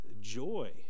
joy